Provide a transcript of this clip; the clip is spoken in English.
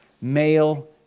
male